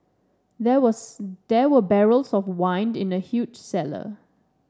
there worse there were barrels of wine in the huge cellar